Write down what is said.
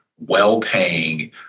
well-paying